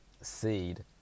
seed